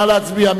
נא להצביע.